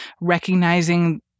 recognizing